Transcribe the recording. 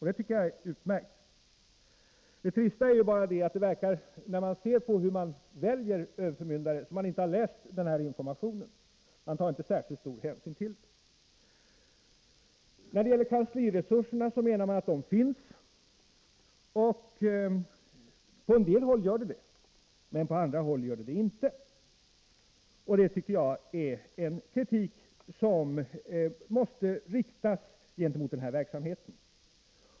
Det tycker jag är utmärkt. Det trista är bara att det verkar, när vi ser på hur överförmyndare väljs, som om man inte har läst denna information. Det tas inte särskilt stor hänsyn till den. När det gäller kansliresurserna anförs att dessa resurser finns. På en del håll finns de, men på andra håll finns de inte. Det tycker jag är en kritik som måste riktas gentemot denna verksamhet.